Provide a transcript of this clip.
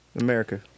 America